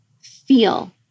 feel